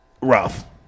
Ralph